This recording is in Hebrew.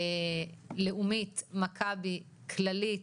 לאומית, מכבי, כללית